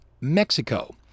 Mexico